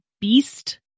beast